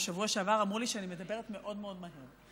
בשבוע שעבר אמרו לי שני מדברת מאוד מאוד מהר.